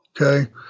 Okay